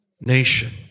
nation